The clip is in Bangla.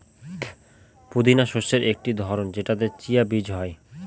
পুদিনা শস্যের একটি ধরন যেটাতে চিয়া বীজ হয়